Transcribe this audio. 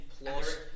plus